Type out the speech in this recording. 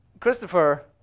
Christopher